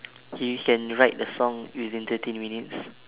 he can write the song within thirty minutes